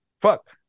fuck